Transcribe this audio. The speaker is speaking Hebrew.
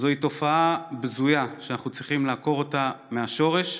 זוהי תופעה בזויה שאנחנו צריכים לעקור אותה מהשורש.